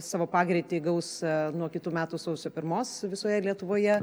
savo pagreitį įgaus nuo kitų metų sausio pirmos visoje lietuvoje